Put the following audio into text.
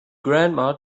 grandma